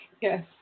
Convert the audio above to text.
yes